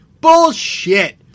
Bullshit